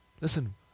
Listen